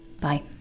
Bye